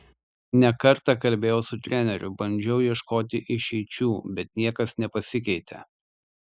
ne kartą kalbėjau su treneriu bandžiau ieškoti išeičių bet niekas nepasikeitė